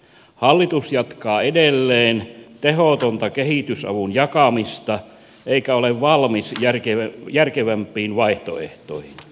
hallitus jatkaa edelleen tehotonta kehitysavun jakamista eikä ole valmis järkevämpiin vaihtoehtoihin